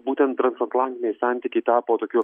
būtent transatlantiniai santykiai tapo tokiu